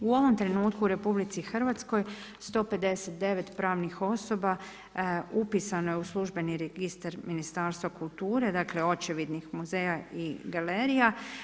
U ovom trenutku u RH 159 pravnih osoba upisano je u službeni registar Ministarstva kulture, dakle očevidnih muzeja i galerija.